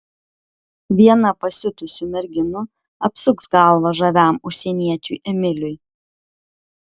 viena pasiutusių merginų apsuks galvą žaviam užsieniečiui emiliui